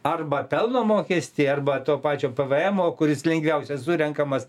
arba pelno mokestį arba to pačio pvemo kuris lengviausiai surenkamas